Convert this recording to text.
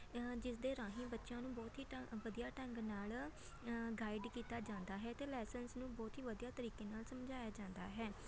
ਜਿਸਦੇ ਰਾਹੀਂ ਬੱਚਿਆਂ ਨੂੰ ਬਹੁਤ ਹੀ ਢੰ ਵਧੀਆ ਢੰਗ ਨਾਲ ਗਾਈਡ ਕੀਤਾ ਜਾਂਦਾ ਹੈ ਅਤੇ ਲੈਸਨਸ ਨੂੰ ਬਹੁਤ ਹੀ ਵਧੀਆ ਤਰੀਕੇ ਨਾਲ ਸਮਝਾਇਆ ਜਾਂਦਾ ਹੈ